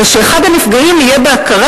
ושאחד הנפגעים יהיה בהכרה,